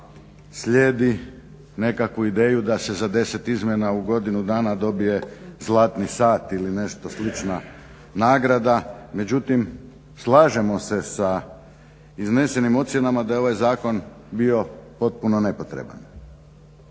slijedi nekakvu ideju da se za deset izmjena u godinu dana dobije zlatni sat ili nešto slična nagrada. Međutim slažemo se sa iznesenim ocjenama da je ovaj zakon bio potpuno nepotreban.